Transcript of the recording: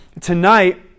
tonight